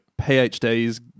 PhDs